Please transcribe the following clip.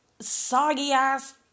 soggy-ass